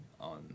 on